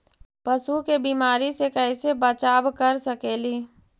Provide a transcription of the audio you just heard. पशु के बीमारी से कैसे बचाब कर सेकेली?